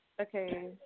okay